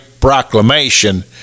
proclamation